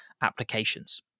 applications